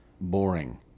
boring